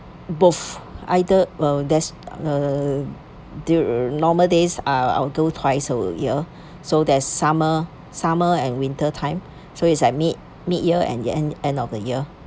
both either uh there's uh dur~ normal days I'll I'll go twice a year so there's summer summer and winter time so it's like mid mid year and end end of the year